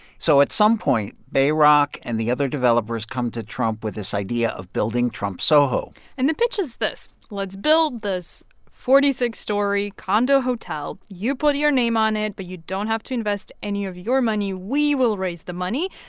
so at some point, bayrock and the other developers come to trump with this idea of building trump soho and the pitch is this. let's build this forty six story condo-hotel. you put your name on it, but you don't have to invest any of your money. we will raise the money.